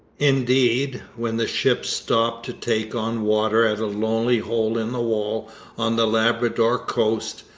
indeed, when the ships stopped to take on water at a lonely hole in the wall on the labrador coast,